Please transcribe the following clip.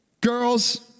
Girls